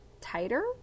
tighter